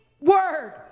word